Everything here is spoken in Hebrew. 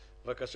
את זה צריך